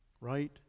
Right